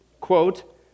quote